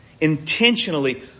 intentionally